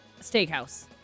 steakhouse